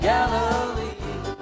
Galilee